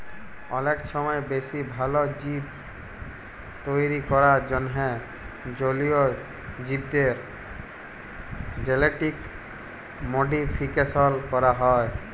অলেক ছময় বেশি ভাল জীব তৈরি ক্যরার জ্যনহে জলীয় জীবদের জেলেটিক মডিফিকেশল ক্যরা হ্যয়